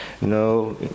no